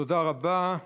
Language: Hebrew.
תודה רבה.